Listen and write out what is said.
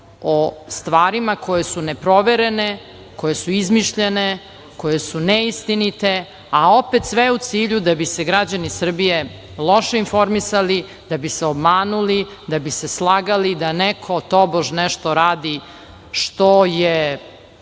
o stvarima koje su neproverene, koje su izmišljene, koje su neistinite, a opet sve u cilju da bi se građani Srbije loše informisali, da bi se obmanuli, da bi se slagali, da neko tobož nešto radi što je